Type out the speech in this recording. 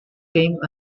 fame